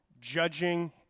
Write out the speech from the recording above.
judging